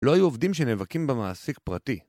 לא יהיו עובדים שנאבקים במעסיק פרטי.